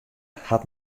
hat